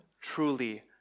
truly